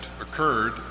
occurred